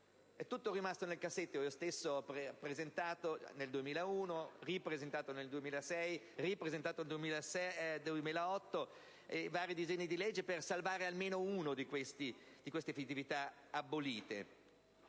tutto rimasto nel cassetto. Io stesso ho presentato nel 2001, ripresentandoli nel 2006 e nel 2008, vari disegni di legge per salvare almeno una di queste festività abolite.